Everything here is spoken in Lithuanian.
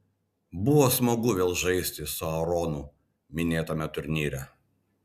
buvo smagu vėl žaisti su aaronu minėtame turnyre